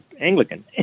Anglican